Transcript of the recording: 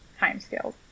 timescales